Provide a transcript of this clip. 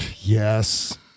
Yes